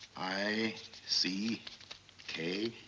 i c k,